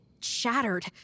shattered